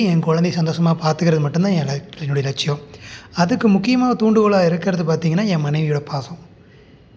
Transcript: என் மனைவி என் கொழந்தைய சந்தோஷமாக பார்த்துக்கிறது மட்டும் தான் என் லைஃப் என்னுடைய லட்சியம் அதுக்கு முக்கியமாக தூண்டுகோலாக இருக்கிறது பார்த்திங்கன்னா என் மனைவியோடய பாசம்